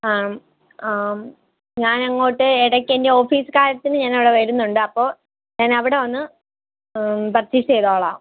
ആം ആം ഞാൻ അങ്ങോട്ട് ഇടയ്ക്ക് എൻ്റെ ഓഫീസ് കാര്യത്തിന് ഞാൻ അവിടെ വരുന്നുണ്ട് അപ്പോൾ ഞാൻ അവിടെ വന്നു പർച്ചെയ്സ് ചെയ്തോളാം